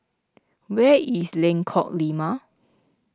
where is Lengkok Lima